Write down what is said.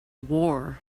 war